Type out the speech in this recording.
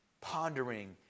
Pondering